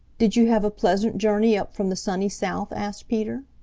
did you have a pleasant journey up from the sunny south? asked peter.